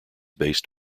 based